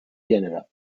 gènere